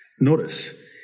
Notice